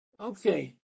Okay